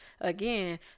Again